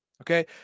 Okay